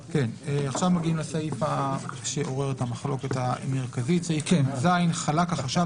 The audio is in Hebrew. נעבור לסעף שעורר את המחלוקת המרכזית (ז) חלק החשב